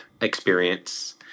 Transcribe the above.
experience